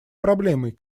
проблемой